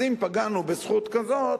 אז אם פגענו בזכות כזאת,